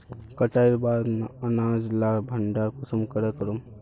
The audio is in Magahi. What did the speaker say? कटाईर बाद अनाज लार भण्डार कुंसम करे करूम?